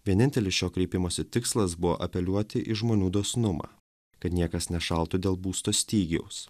vienintelis šio kreipimosi tikslas buvo apeliuoti į žmonių dosnumą kad niekas nešaltų dėl būsto stygiaus